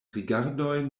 rigardoj